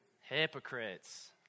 hypocrites